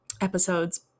episodes